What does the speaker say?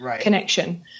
connection